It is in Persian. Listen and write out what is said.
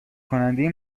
کننده